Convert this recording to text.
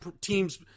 teams